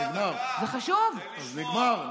נגמר, נגמר הזמן.